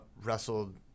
wrestled